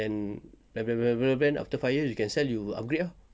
then plan plan plan plan plan after five years can sell you upgrade ah